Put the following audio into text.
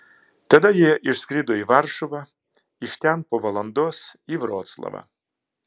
tada jie išskrido į varšuvą iš ten po valandos į vroclavą